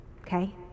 Okay